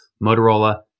Motorola